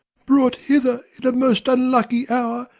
brought hither in a most unlucky hour,